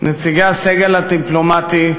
נציגי הסגל הדיפלומטי,